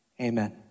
Amen